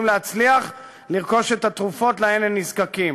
להצליח לרכוש את התרופות שלהן הם נזקקים.